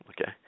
okay